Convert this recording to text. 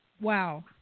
Wow